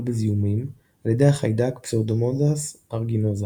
בזיהומים על ידי החיידק Pseudomonas aeruginosa,